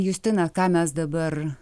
justina ką mes dabar